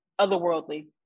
otherworldly